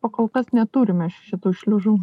o kol kas neturime šitų šliužų